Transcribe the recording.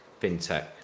FinTech